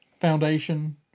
Foundation